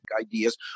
ideas